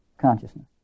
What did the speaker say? consciousness